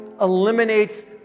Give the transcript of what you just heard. eliminates